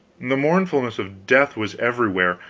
the mournfulness of death was everywhere.